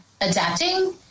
adapting